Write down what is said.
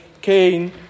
Cain